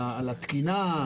על התקינה,